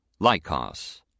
Lycos